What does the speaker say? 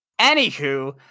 Anywho